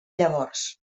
llavors